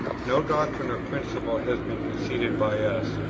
no doctrine or principle has been conceded by us,